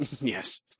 yes